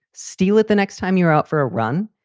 steal it the next time you're out for a run.